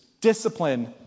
Discipline